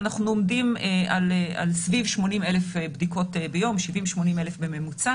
אנחנו עומדים על סביב 70,000-80,000 בדיקות ביום בממוצע,